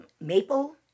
maple